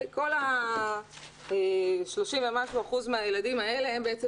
כל ה-30 ומשהו אחוזים מהילדים האלה הם בעצם